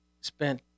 spent